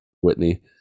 Whitney